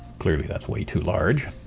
clearly that's way too large,